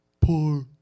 Poor